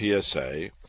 PSA